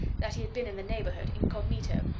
that he had been in the neighbourhood, incognito.